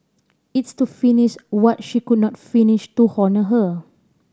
it's to finish what she could not finish to honour her